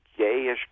gayish